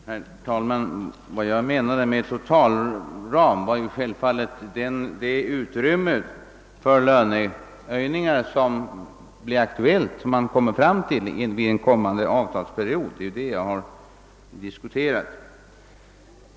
Herr talman! Vad jag menade med totalram var självfallet det utrymme för löneförhöjningar som blir aktuellt under en kommande avtalsperiod — det är ju detta jag har diskuterat.